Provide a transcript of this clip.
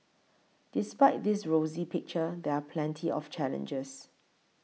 despite this rosy picture there are plenty of challenges